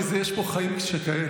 ואז, לדעתי יש פה "חיים שכאלה".